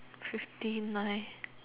fifty nine